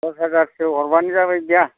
दस हाजारसो हरबानो जाबाय बिदिबा